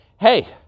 hey